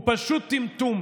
הוא פשוט טמטום,